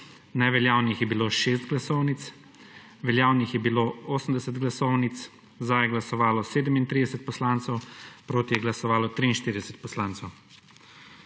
Neveljavnih je bilo 6 glasovnic. Veljavnih je bilo 80 glasovnic. Za je glasovalo 37 poslancev, proti je glasovalo 43 poslancev.